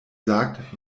sagt